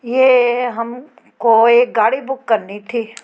ये हम को एक गाड़ी बुक करनी थी